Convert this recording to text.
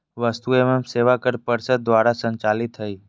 वस्तु एवं सेवा कर परिषद द्वारा संचालित हइ